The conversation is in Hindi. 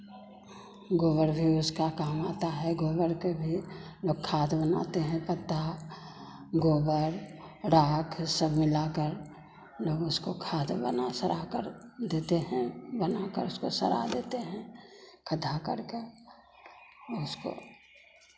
गोबर भी उसका काम आता है गोबर के भी लोग खाद बनाते हैं पत्ता गोबर राख सब मिलाकर लोग उसको खाद बना सड़ाकर देते हैं बनाकर उसको सड़ा देते हैं खद्धा करके उसको